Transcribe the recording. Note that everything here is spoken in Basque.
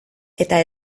eta